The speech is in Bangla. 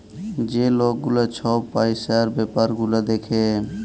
যে লক গুলা ছব পইসার ব্যাপার গুলা দ্যাখে